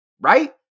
right